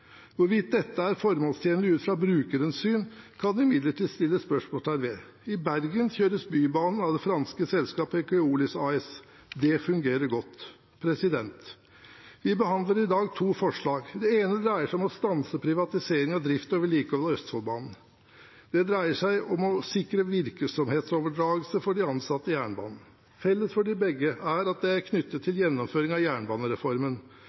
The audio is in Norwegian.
Hvorvidt dette er formålstjenlig ut fra brukerens syn, kan det imidlertid settes spørsmålstegn ved. I Bergen kjøres Bybanen av det franske selskapet Keolis AS. Det fungerer godt. Vi behandler i dag to representantforslag. Det ene dreier seg om å stanse privatisering av drift og vedlikehold av Østfoldbanen. Det andre dreier seg om å sikre virksomhetsoverdragelse for de ansatte i jernbanen. Felles for dem begge er at de er knyttet til gjennomføringen av jernbanereformen.